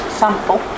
sample